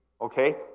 okay